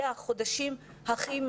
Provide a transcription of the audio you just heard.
אלה החודשים הכי חשובים,